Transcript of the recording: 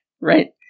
Right